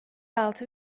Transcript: altı